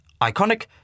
iconic